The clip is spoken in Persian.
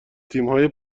تیمهای